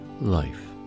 life